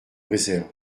réserve